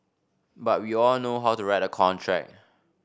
but we all know how to write a contract